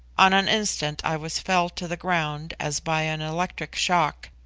on an instant i was felled to the ground as by an electric shock,